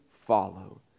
follow